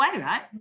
right